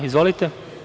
Izvolite.